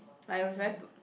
like it was very b~